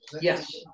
Yes